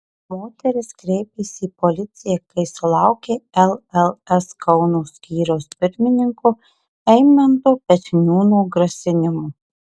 moteris kreipėsi į policiją kai sulaukė lls kauno skyriaus pirmininko eimanto petniūno grasinimų